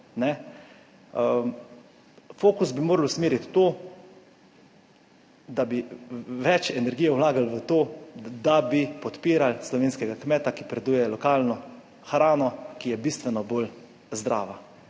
Fokus bi morali usmeriti v to, da bi več energije vlagali v to, da bi podpirali slovenskega kmeta, ki prideluje lokalno hrano, ki je bistveno bolj zdrava.